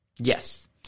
Yes